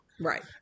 Right